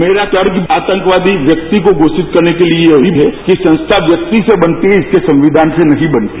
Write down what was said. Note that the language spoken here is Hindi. मेरा तर्क आतंकवादी व्यक्ति को घोषित करने के लिए यही है कि संस्था व्यक्ति से बनती है इसके संविधान से नहीं बनती